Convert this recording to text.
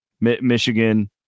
Michigan